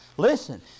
Listen